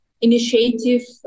initiative